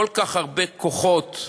כל כך הרבה כוחות,